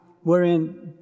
wherein